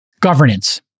governance